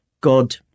God